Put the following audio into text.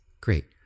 great